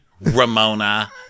Ramona